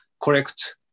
correct